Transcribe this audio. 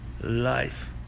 life